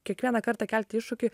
kiekvieną kartą kelti iššūkį